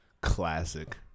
classic